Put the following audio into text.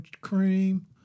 Cream